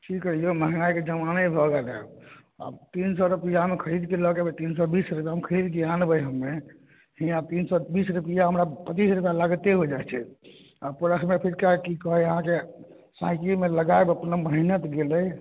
की कहियौ महंगाइके जबाना भऽ गेल है आब तीन सए रुपैआमे खरीदके लऽ के अयबै तीन सए बीस रुपैआमे खरीदके आनबै हमे हियाँ तीन सए बीस रुपैआ हमरा पचीस रुपैआ लागते होइ जाइ छै आ प्लसमे फिर अहाँके साइकिलमे लगायब अपन मेहनत गेलै